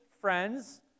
friends